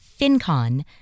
FinCon